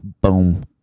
Boom